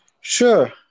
Sure